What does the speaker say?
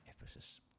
Ephesus